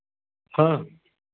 हाँ